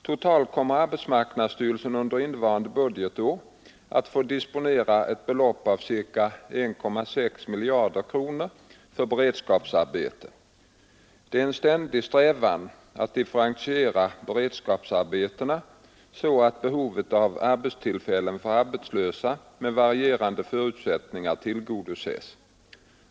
Totalt kommer arbetsmarknadsstyrelsen under innevarande budgetår att få disponera ett belopp av ca 1,6 miljarder kronor för beredskapsarbeten. Det är en ständig strävan att differentiera beredskapsarbetena så att behovet av arbetstillfällen för arbetslösa med varierande förutsättningar tillgodoses.